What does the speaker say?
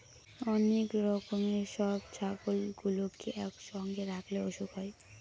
অনেক রকমের সব ছাগলগুলোকে একসঙ্গে রাখলে অসুখ হয়